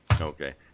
okay